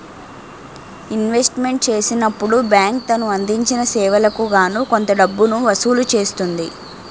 investment చేసినప్పుడు bank తను అందించిన సేవలకు గాను కొంత డబ్బును వసూలు చేస్తుంది